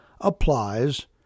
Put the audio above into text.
applies